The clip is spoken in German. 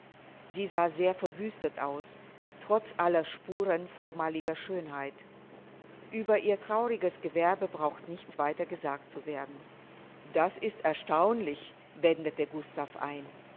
sie sah sehr verwüstet aus trotz aller spuren vormaliger schönheit ueber ihr trauriges gewerbe braucht nichts weiter gesagt zu werden das ist erstaunlich wendete gustav ein